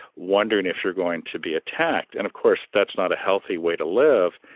wondering if you're going to be attacked. and, of course, that's not a healthy way to live.